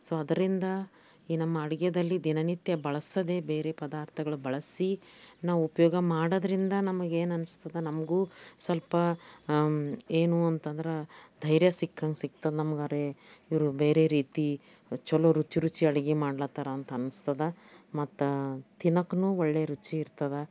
so ಅದರಿಂದ ಈ ನಮ್ಮ ಅಡುಗೆಯಲ್ಲಿ ದಿನನಿತ್ಯ ಬಳಸೋದೇ ಬೇರೆ ಪದಾರ್ಥಗಳು ಬಳಸಿ ನಾವು ಉಪಯೋಗ ಮಾಡೋದರಿಂದ ನಮಗೆ ಏನು ಅನ್ನಿಸ್ತದೆ ನಮಗೂ ಸ್ವಲ್ಪ ಏನು ಅಂತ ಅಂದ್ರೆ ಧೈರ್ಯ ಸಿಕ್ಕಂತೆ ಸಿಕ್ತದೆ ನಮ್ಗೆ ಅರೇ ಇವರು ಬೇರೆ ರೀತಿ ಛಲೋ ರುಚಿ ರುಚಿ ಅಡುಗೆ ಮಾಡ್ಲತ್ತಾರ ಅಂತ ಅನ್ನಿಸ್ತದೆ ಮತ್ತು ತಿನ್ನೋಕ್ಕೂನು ಒಳ್ಳೆ ರುಚಿ ಇರ್ತದೆ